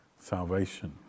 salvation